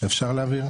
שקף הבא,